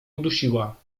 udusiła